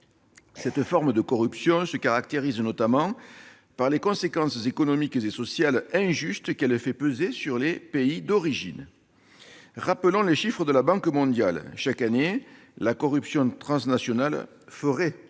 Cette forme de corruption se caractérise notamment par les conséquences économiques et sociales injustes qu'elle fait peser sur les pays d'origine. Rappelons les chiffres de la Banque mondiale : chaque année, la corruption transnationale ferait perdre entre